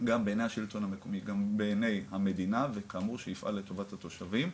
גם בעיני המדינה וכאמור שיפעל לטובת התושבים,